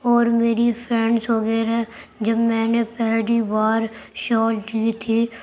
اور میری فرینڈس وغیرہ جب میں نے پہلی بار شال لی تھی